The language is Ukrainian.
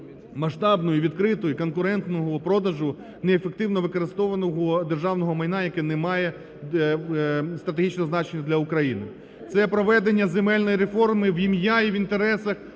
масштабного, відкритого, конкурентного продажу неефективно використовуваного державного майна, яке не має стратегічного значення для України; це проведення земельної реформи в ім'я і в інтересах